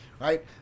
right